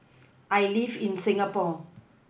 I live in Singapore